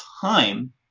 time